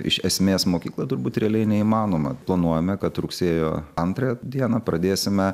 iš esmės mokyklą turbūt realiai neįmanoma planuojame kad rugsėjo antrą dieną pradėsime